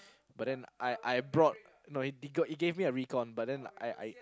but then I I brought no he got he gave me a recon but then I I